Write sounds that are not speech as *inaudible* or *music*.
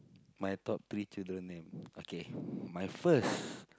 my top three children name *breath* okay *breath* my first